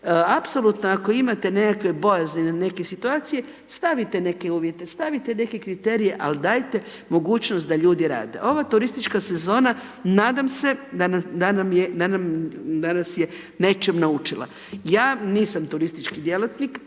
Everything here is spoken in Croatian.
Apsolutno ako imate nekakve bojazni na neke situacije stavite neke uvjete, stavite neke kriterije ali dajte mogućnost da ljudi rade. Ova turistička sezona nadam se da nas je nečem naučila. Ja nisam turistički djelatnik.